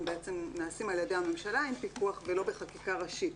הם נעשים על ידי הממשלה עם פיקוח ולא בחקיקה ראשית,